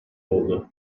oldu